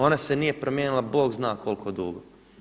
Ona se nije promijenila Bog zna koliko dugo.